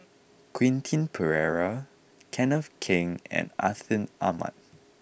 Quentin Pereira Kenneth Keng and Atin Amat